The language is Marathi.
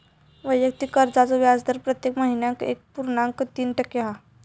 वैयक्तिक कर्जाचो व्याजदर प्रत्येक महिन्याक एक पुर्णांक तीन टक्के हा